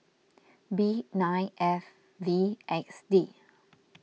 B nine F V X D